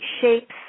shapes